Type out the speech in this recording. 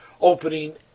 opening